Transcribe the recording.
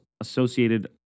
associated